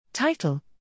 Title